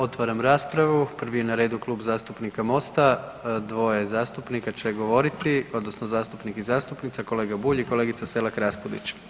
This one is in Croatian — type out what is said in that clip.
Otvaram raspravu, prvi je na redu Klub zastupnika Mosta, dvoje zastupnika će govoriti odnosno zastupnik i zastupnica, kolega Bulj i kolegica Selak Raspudić.